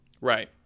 Right